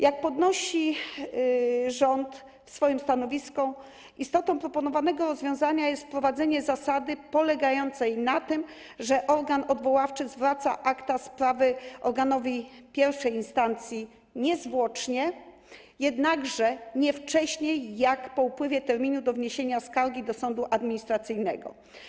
Jak podnosi rząd w swoim stanowisku, istotą proponowanego rozwiązania jest wprowadzenie zasady polegającej na tym, że organ odwoławczy zwraca akta sprawy organowi I instancji niezwłocznie, jednakże nie wcześniej niż po upływie terminu do wniesienia skargi do sądu administracyjnego.